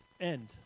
end